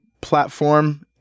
platform